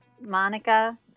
Monica